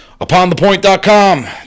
Uponthepoint.com